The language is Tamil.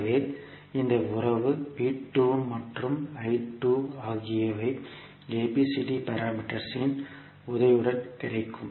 எனவே இந்த உறவு மற்றும் ஆகியவை ABCD பாராமீட்டர்ஸ் இன் உதவியுடன் கிடைக்கும்